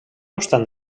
obstant